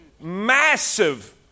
Massive